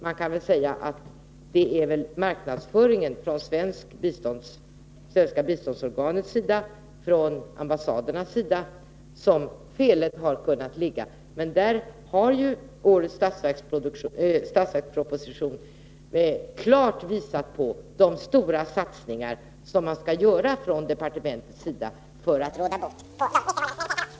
Man kan väl säga att det är i marknadsföringen från det svenska biståndsorganets sida och från ambassadernas sida som felet har kunnat ligga. Men i det avseendet har årets budgetproposition klart visat på de stora satsningar som man skall göra från departementets sida för att råda bot på de missförhållanden som eventuellt har rått.